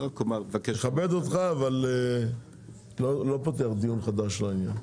מכבד אותך, אבל לא פותח דיון חדש לעניין.